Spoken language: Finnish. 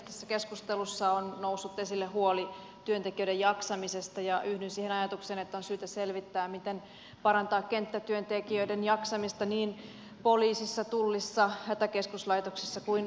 tässä keskustelussa on noussut esille huoli työntekijöiden jaksamisesta ja yhdyn siihen ajatukseen että on syytä selvittää miten parantaa kenttätyöntekijöiden jaksamista niin poliisissa tullissa hätäkeskuslaitoksessa kuin rajavartiolaitoksessakin